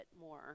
more